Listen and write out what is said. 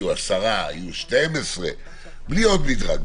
יהיו 10 או 12. בלי עוד מדרג.